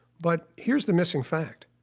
but here's the missing fact.